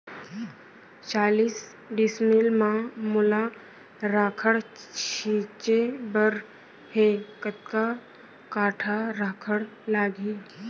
चालीस डिसमिल म मोला राखड़ छिंचे बर हे कतका काठा राखड़ लागही?